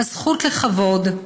הזכות לכבוד,